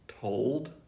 told